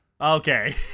Okay